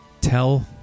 tell